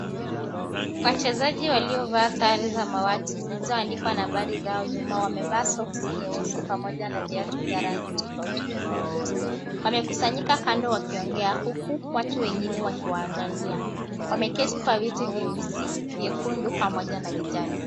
Wachezaji waliovalia sare ya samawati zilizo andikwa namaba zao, wamevaa soksi nyeusi pamoja na rangi tofauti tofauti wamekusanyika kando wakiongea huku watu wengine wakiwaangalia wameketi kwa viti veusi, vekundu pamoja na vijani.